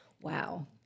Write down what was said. wow